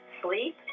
sleep